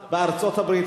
בארצות-הברית,